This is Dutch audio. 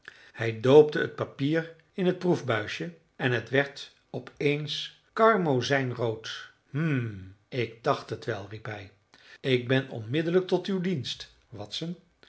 hij doopte het papier in het proefbuisje en het werd op eens karmozijnrood hum ik dacht het wel riep hij ik ben onmiddellijk tot uw dienst watson